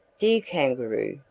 dear kangaroo,